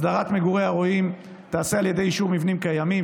הסדרת מגורי הרועים תיעשה על ידי אישור מבנים קיימים,